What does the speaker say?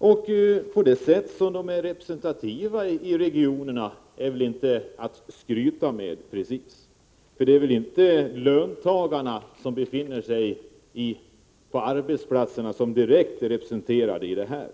vilket de är representerade i regionerna är väl inte precis någonting att skryta med, för det är väl inte de löntagare som befinner sig direkt på arbetsplatserna som är representerade i fonderna.